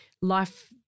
life